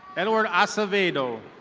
edward osovado.